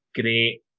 great